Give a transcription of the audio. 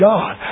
God